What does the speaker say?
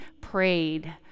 prayed